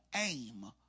aim